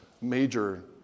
major